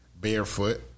barefoot